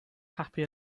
happy